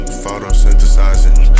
photosynthesizing